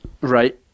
Right